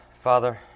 Father